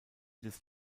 des